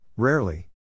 Rarely